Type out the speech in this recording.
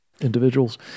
individuals